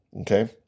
Okay